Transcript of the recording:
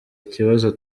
ikibazo